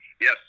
Yes